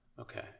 okay